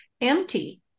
empty